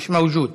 מיש מווג'וד,